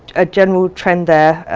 ah general trend there,